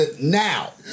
now